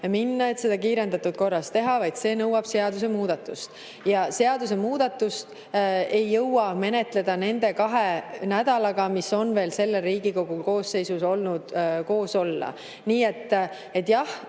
minna, seda kiirendatud korras teha, vaid see nõuab seadusemuudatust. Aga seadusemuudatust ei jõua menetleda nende kahe nädalaga, mis on veel jäänud sellel Riigikogu koosseisul koos olla. Nii et jah,